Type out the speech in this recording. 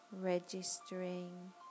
registering